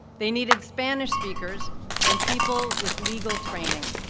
they needed spanish speakers and people with legal training.